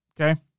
Okay